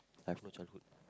I have no childhood